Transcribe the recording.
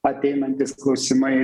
ateinantys klausimai